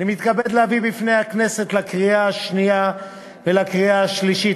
אני מתכבד להביא בפני הכנסת לקריאה השנייה ולקריאה השלישית